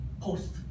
post